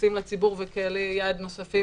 כנסים לציבור וקהלי יעד נוספים,